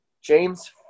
James